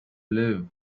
live